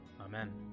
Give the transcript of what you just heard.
Amen